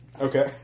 Okay